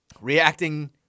reacting